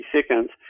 seconds